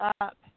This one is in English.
up